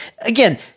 Again